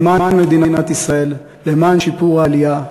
למען מדינת ישראל, למען שיפור העלייה.